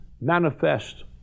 Manifest